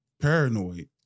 paranoid